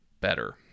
better